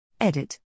Edit